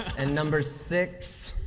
and number six,